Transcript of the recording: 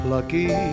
Lucky